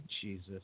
Jesus